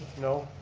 no,